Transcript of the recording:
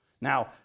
Now